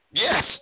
Yes